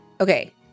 Okay